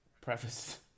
preface